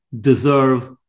deserve